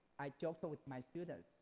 i joke so with my students,